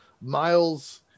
Miles